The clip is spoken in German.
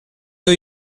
new